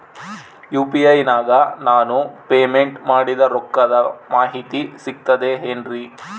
UPI ನಾಗ ನಾನು payment ಮಾಡಿದ ರೊಕ್ಕದ ಮಾಹಿತಿ ಸಿಕ್ತದೆ ಏನ್ರಿ?